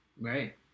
Right